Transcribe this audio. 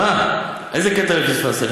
מה, איזה קטע פספסת?